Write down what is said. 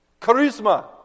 Charisma